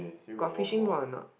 got fishing rod a knot